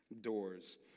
doors